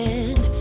end